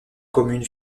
commune